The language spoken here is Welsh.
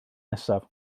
nesaf